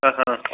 ఆహా